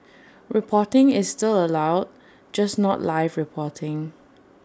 reporting is still allowed just not live reporting